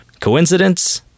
Coincidence